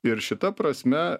ir šita prasme